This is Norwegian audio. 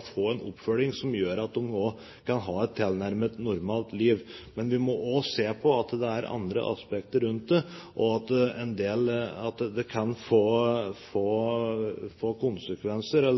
få en oppfølging som gjør at de også kan ha et tilnærmet normalt liv. Men vi må også se at det er andre aspekter rundt det, og at det kan få konsekvenser,